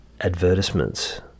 advertisements